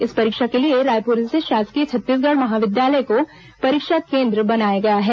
इस परीक्षा के लिए रायपुर स्थित शासकीय छत्तीसगढ़ महाविद्यालय को परीक्षा केंद्र बनाया गया है